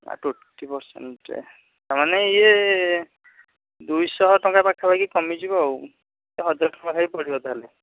ଆଉ twenty percent ତା'ମାନେ ଇଏ ଦୁଇଶହ ଟଙ୍କା ପାଖାପାଖି କମିଯିବ ଆଉ ସେ ହଜାରେ ପାଖାପାଖି ପଡ଼ିବ ତା'ହେଲେ